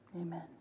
Amen